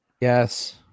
Yes